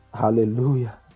Hallelujah